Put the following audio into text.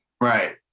Right